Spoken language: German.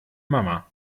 mama